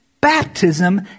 baptism